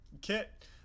Kit